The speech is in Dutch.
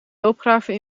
loopgraven